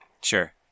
Sure